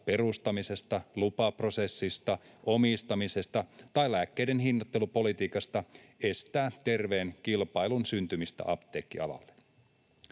perustamisesta, lupaprosessista, omistamisesta tai lääkkeiden hinnoittelupolitiikasta — estää terveen kilpailun syntymistä apteekkialalle.